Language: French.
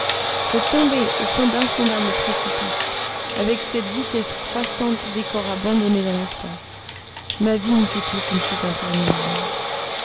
je tombais au fond d'insondables précipices avec cette vitesse croissante des corps abandonnés dans l'espace ma vie n'était plus qu'une chute interminable